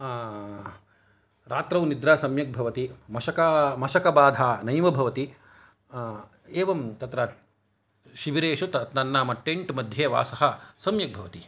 रात्रौ निद्रा सम्यक् भवति मशका मशकबाधा नैव भवति एवं तत्र शिविरेषु तन्नाम टेन्ट् मध्ये वासः सम्यक् भवति